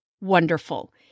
wonderful